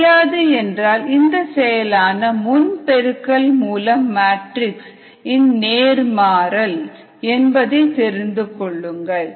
தெரியாது என்றால் இந்த செயலான முன் பெருக்கல் முதல் மேட்ரிக்ஸ் இன் நேர்மாறல் என்பதை தெரிந்துகொள்ளுங்கள்